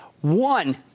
one